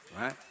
Right